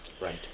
Right